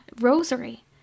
rosary